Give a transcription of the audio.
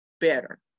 better